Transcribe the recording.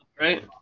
right